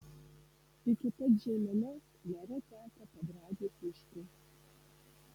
iki pat žeimenos mera teka pabradės mišku